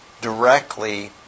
directly